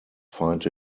find